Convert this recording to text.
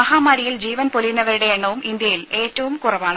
മഹാമാരിയിൽ ജീവൻ പൊലിയുന്നവരുടെ എണ്ണവും ഇന്ത്യയിൽ ഏറ്റവും കുറവാണ്